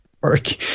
work